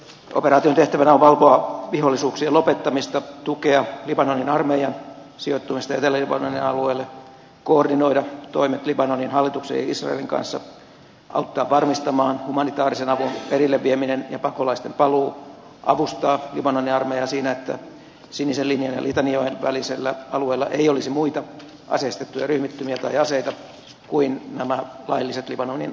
operaation tehtävänä on valvoa vihollisuuksien lopettamista tukea libanonin armeijan sijoittumista etelä libanonin alueelle koordinoida toimet libanonin hallituksen ja israelin kanssa auttaa varmistamaan humanitaarisen avun perille vieminen ja pakolaisten paluu sekä avustaa libanonin armeijaa siinä että sinisen linjan ja litanijoen välisellä alueella ei olisi muita aseistettuja ryhmittymiä tai aseita kuin nämä lailliset libanonin asevoimat ja unifil